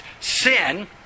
sin